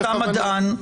אתה מדען,